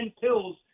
pills